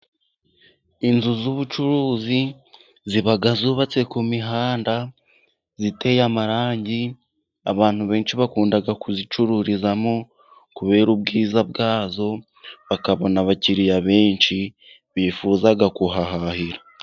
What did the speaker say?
Inzu z'ubucuruzi ziba zubatse ku mihanda ziteye amarangi, abantu benshi bakunda kuzicururizamo, kubera ubwiza bwazo bakabona abakiriya benshi bifuza kuhahahira.